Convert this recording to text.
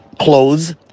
clothes